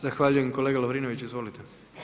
Zahvaljujem kolega Lovirnović, izvolite.